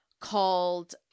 called